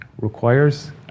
requires